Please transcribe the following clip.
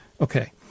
Okay